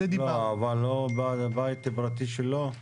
לא, אבל לא בבית הפרטי שלו?